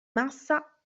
massa